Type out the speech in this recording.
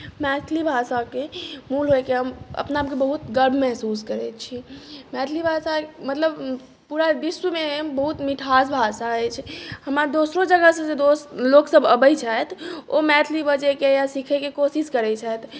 मैथिली भाषाके मूल होयके हम अपना पे बहुत गर्व महसूस करैत छी मैथिली भाषा मतलब पूरा विश्वमे बहुत मिठास भाषा अछि हमरा दोसरो जगह से दोस्त लोक सब अबैत छथि ओ मैथिली बजैके या सीखैके कोशिश करैत छथि